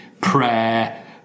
prayer